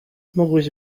mogłeś